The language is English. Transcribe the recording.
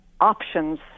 options